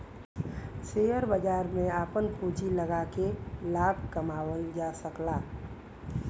share बाजार में आपन पूँजी लगाके लाभ कमावल जा सकला